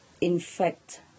infect